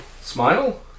smile